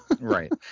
Right